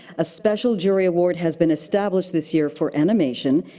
a special jury award has been established this year for animation,